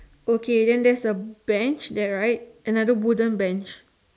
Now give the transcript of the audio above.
okay then there is a Bench there right another wooden Bench